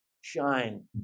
shine